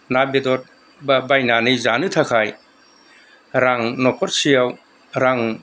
ना बेदर बा बायनानै जानो थाखाय रां न'खरसेयाव रां